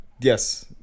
Yes